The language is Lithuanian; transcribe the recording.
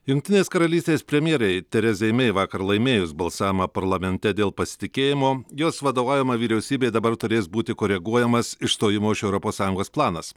jungtinės karalystės premjerei terezei mei vakar laimėjus balsavimą parlamente dėl pasitikėjimo jos vadovaujama vyriausybe dabar turės būti koreguojamas išstojimo iš europos sąjungos planas